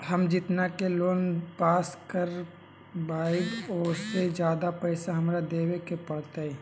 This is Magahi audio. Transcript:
हम जितना के लोन पास कर बाबई ओ से ज्यादा पैसा हमरा देवे के पड़तई?